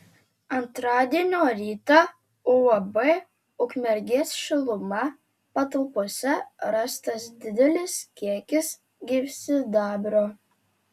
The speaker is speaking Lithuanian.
antradienio rytą uab ukmergės šiluma patalpose rastas didelis kiekis gyvsidabrio